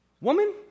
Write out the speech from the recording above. Woman